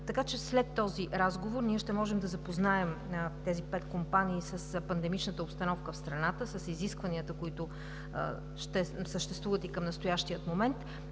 Така че след този разговор ние ще можем да запознаем тези пет компании с пандемичната обстановка в страната, с изискванията, които съществуват и към настоящия момент,